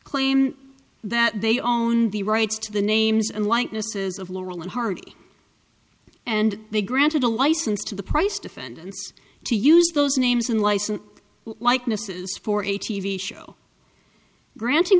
claim that they own the rights to the names and likenesses of laurel and hardy and they granted a license to the price defendants to use those names in license likenesses for a t v show granting